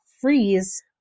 freeze